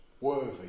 Worthy